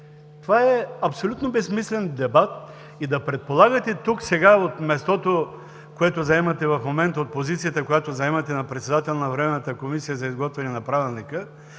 Това е абсолютно безсмислен дебат. Да предполагате сега от мястото, което заемате в момента, от позицията, която заемате, на председател на Временната комисия за изготвяне на Правилника,